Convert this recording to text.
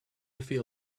feel